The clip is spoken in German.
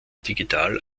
digital